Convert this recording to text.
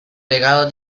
legado